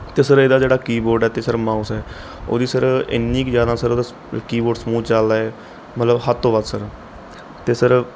ਅਤੇ ਸਰ ਇਹਦਾ ਜਿਹੜਾ ਕੀਬੋਰਡ ਹੈ ਅਤੇ ਸਰ ਮਾਊਸ ਹੈ ਉਹਦੀ ਸਰ ਇੰਨੀ ਕ ਜ਼ਿਆਦਾ ਸਰ ਉਹਦਾ ਕੀਬੋਰਡ ਸਮੂਦ ਚੱਲਦਾ ਹੈ ਮਤਲਬ ਹੱਦ ਤੋਂ ਵੱਧ ਸਰ ਅਤੇ ਸਰ